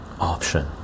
option